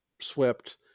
swept